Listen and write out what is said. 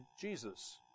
Jesus